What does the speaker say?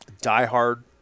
diehard